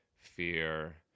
fear